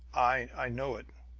i know it,